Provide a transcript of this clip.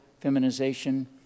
feminization